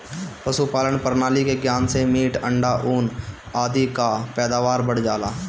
पशुपालन प्रणाली के ज्ञान से मीट, अंडा, ऊन आदि कअ पैदावार बढ़ जाला